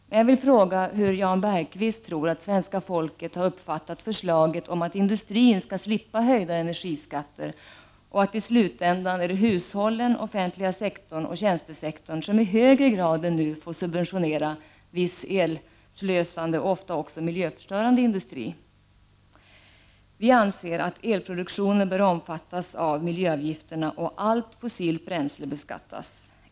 Men jag vill fråga hur Jan Bergqvist tror att svenska folket har uppfattat förslaget om att industrin skall slippa höjda energiskatter och att det i slutänden blir hushållen, den offentliga sektorn och tjänstesektorn som i högre grad än nu får subventionera visst elslösande och ofta också miljöförstörande industri. Vi anser att elproduktionen bör omfattas av miljöavgifterna och att allt fossilt bränsle bör beskattas.